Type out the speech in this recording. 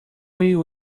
will